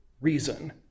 reason